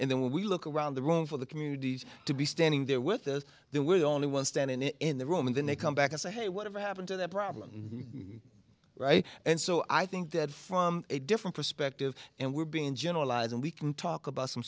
and then when we look around the room for the communities to be standing there with us then we're only one stand in it in the room and then they come back and say hey whatever happened to that problem right and so i think that from a different perspective and we're being generalize and we can talk about some